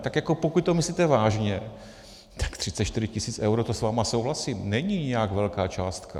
Tak jako pokud to myslíte vážně, tak 34 tisíc eur, to s vámi souhlasím, není nějak velká částka.